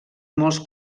molts